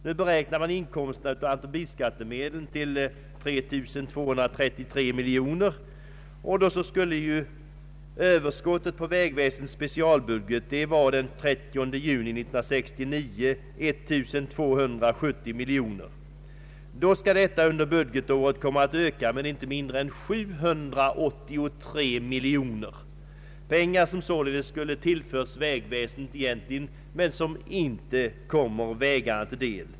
Nu beräknar man inkomsterna av automobilskattemedel till 3 233 miljoner kronor, och då skulle överskottet på vägväsendets specialbudget, som den 30 juni 1969 var 1270 miljoner, under detta budgetår komma att öka med inte mindre än 783 miljoner kronor. Det är medel som således egentligen skulle ha tillförts vägväsendet men som inte kommer vägarna till del.